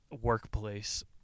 workplace